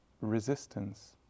resistance